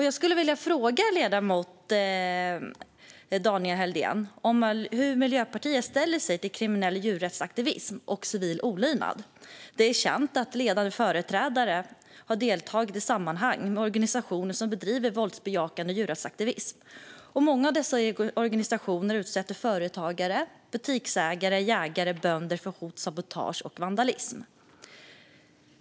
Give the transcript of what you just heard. Jag skulle vilja fråga ledamoten Daniel Helldén hur Miljöpartiet ställer sig till kriminell djurrättsaktivism och civil olydnad. Det är känt att ledande företrädare har deltagit i sammanhang med organisationer som bedriver våldsbejakande djurrättsaktivism. Många av dessa organisationer utsätter företagare, butiksägare, jägare och bönder för hot, sabotage och vandalism.